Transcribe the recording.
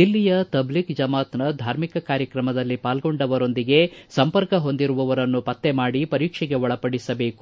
ದಿಲ್ಲಿಯ ತಬ್ಲಿಕ್ ಜಮಾತ್ನ ಧಾರ್ಮಿಕ ಕಾರ್ಯಕ್ರಮದಲ್ಲಿ ಪಾಲ್ಗೊಂಡವರೊಂದಿಗೆ ಸಂಪರ್ಕ ಹೊಂದಿರುವವರನ್ನು ಪತ್ತೆ ಮಾಡಿ ಪರೀಕ್ಷೆಗೆ ಒಳಪಡಿಸಬೇಕು